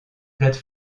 plate